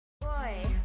Boy